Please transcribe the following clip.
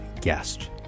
guest